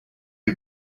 you